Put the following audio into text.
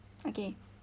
okay